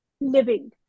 living